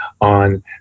on